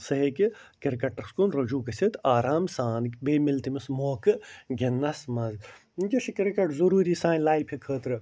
سُہ ہیٚکہِ کِرکٹَس کُن رُجوع گٔژھتھ تہٕ آرام سان بیٚیہِ میلہِ تٔمِس موقعہٕ گِنٛدنس منٛز وُنٛکیٚس چھُ کِرکٹ ضُروٗری سانہِ لایفہِ خٲطرٕ